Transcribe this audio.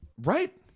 right